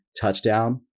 touchdown